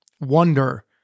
wonder